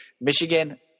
Michigan